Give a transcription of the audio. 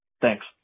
Thanks